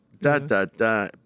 da-da-da